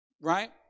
Right